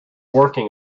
working